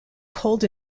cold